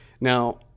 now